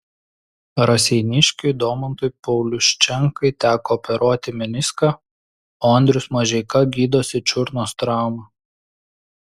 raseiniškiui domantui pauliuščenkai teko operuoti meniską o andrius mažeika gydosi čiurnos traumą